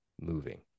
moving